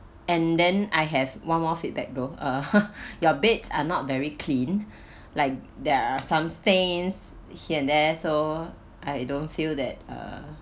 and then I have one more feedback though uh your beds are not very clean like there are some stains here and there so I don't feel that uh